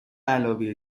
علاوه